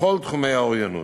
בכל תחומי האוריינות,